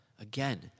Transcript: Again